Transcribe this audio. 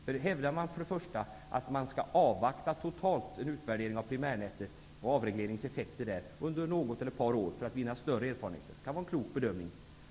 Först hävdar man att man skall avvakta en utvärdering av primärnätet och avregleringens effekter där under något eller ett par år för att vinna större erfarenheter. Det kan vara en klok bedömning.